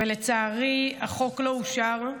ולצערי החוק לא אושר,